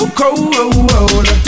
cold